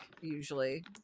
usually